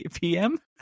PM